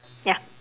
ya